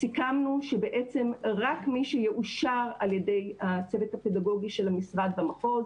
סיכמנו שבעצם רק מי שיאושר על ידי הצוות הפדגוגי של המשרד במחוז